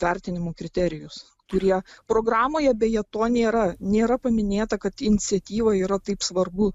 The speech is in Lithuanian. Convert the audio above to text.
vertinimo kriterijus kurie programoje beje to nėra nėra paminėta kad iniciatyva yra taip svarbu